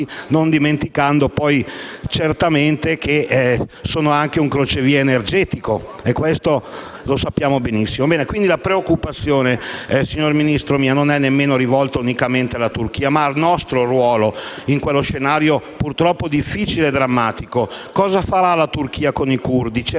non dimenticando di essere anche un crocevia energetico. E questo lo sappiamo benissimo. La preoccupazione, dunque, signor Ministro, non è rivolta unicamente alla Turchia, ma anche al nostro ruolo in quello scenario purtroppo difficile e drammatico. Cosa farà la Turchia con i curdi?